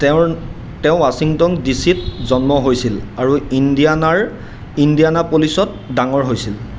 তেওঁৰ তেওঁ ৱাশ্বিংটন ডিচিত জন্ম হৈছিল আৰু ইণ্ডিয়ানাৰ ইণ্ডিয়ানাপ'লিছত ডাঙৰ হৈছিল